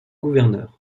gouverneur